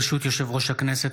ברשות יושב-ראש הכנסת,